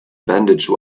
bandage